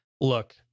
look